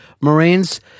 Marines